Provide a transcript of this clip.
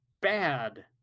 bad